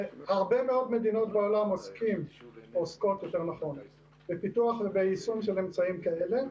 הרבה מדינות בעולם עוסקות בפיתוח וביישום של אמצעים כאלה,